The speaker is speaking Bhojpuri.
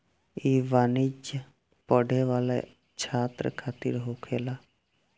ई वाणिज्य पढ़े वाला छात्र खातिर होखेला